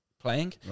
playing